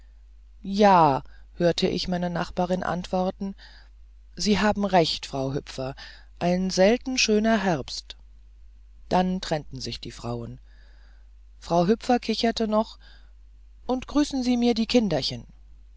ja hörte ich meine nachbarin antworten sie haben recht frau hüpfer ein selten schöner herbst dann trennten sich die frauen frau hüpfer kicherte noch und grüßen sie mir die kinderchen